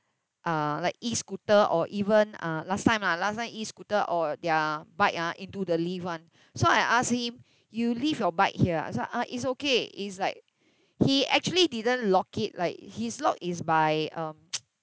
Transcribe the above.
uh like e-scooter or even uh last time lah last time e-scooter or their bike ah into the lift [one] so I asked him you leave your bike here ah so ah it's okay is like he actually didn't lock it like his lock is by um